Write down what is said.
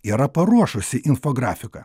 yra paruošusi infografiką